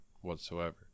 whatsoever